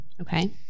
Okay